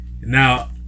Now